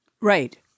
Right